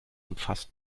umfasst